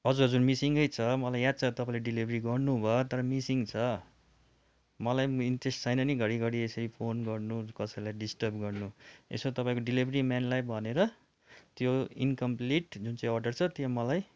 हजुर हजुर मिसिङै छ मलाई याद छ तपाईँले डेलिभरी गर्नु भयो तर मिसिङ छ मलाई पनि इन्ट्रेस छैन नि घरी घरी यसरी फोन गर्नु कसैलाई डिस्टर्ब गर्नु यसो तपाईँको डेलिभरी मेनलाई भनेर त्यो इन्कम्प्लिट जुन चाहिँ अर्डर छ त्यो मलाई